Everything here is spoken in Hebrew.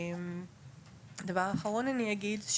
דבר אחרון אני אגיד,